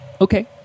Okay